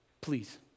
Please